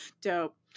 dope